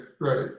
Right